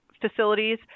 facilities